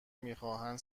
میخواهند